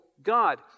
God